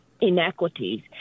inequities